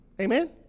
Amen